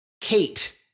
Kate